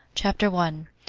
chapter one.